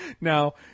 Now